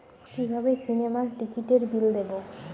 কিভাবে সিনেমার টিকিটের বিল দেবো?